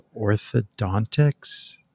orthodontics